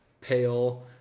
pale